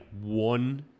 one